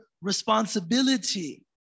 responsibility